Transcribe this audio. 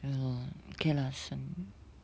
ya lor okay lah sem~